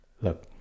Look